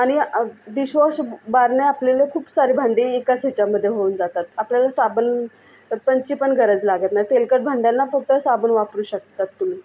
आणि डिशवॉश बारने आपल्याला खूप सारी भांडी एकाच ह्याच्यामध्ये होऊन जातात आपल्याला साबण पण ची पण गरज लागत नाही तेलकट भांड्याना फक्त साबण वापरू शकतात तुम्ही